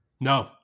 No